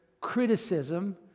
criticism